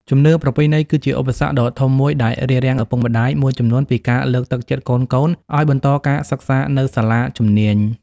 ជំនឿប្រពៃណី គឺជាឧបសគ្គដ៏ធំមួយដែលរារាំងឪពុកម្តាយមួយចំនួនពីការលើកទឹកចិត្តកូនៗឱ្យបន្តការសិក្សានៅសាលាជំនាញ។